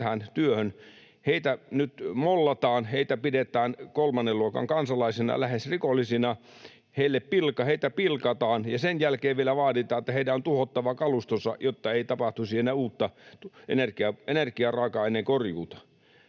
nyt mollataan, heitä pidetään kolmannen luokan kansalaisina, lähes rikollisina. Heitä pilkataan, ja sen jälkeen vielä vaaditaan, että heidän on tuhottava kalustonsa, jotta ei tapahtuisi enää uutta energiaraaka-aineen korjuuta.